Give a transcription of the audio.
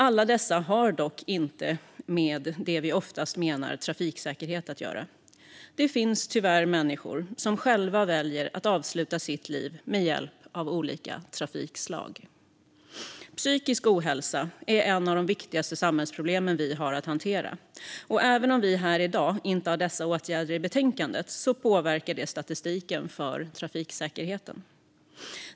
Alla dessa olyckor har dock inte att göra med det vi oftast menar när vi talar om trafiksäkerhet. Det finns tyvärr människor som själva väljer att avsluta sitt liv med hjälp av olika trafikslag. Psykisk ohälsa är ett av de viktigaste samhällsproblemen vi har att hantera, och även om sådana åtgärder inte finns i betänkandet här i dag påverkar detta statistiken för trafiksäkerheten.